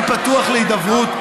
אני פתוח להידברות,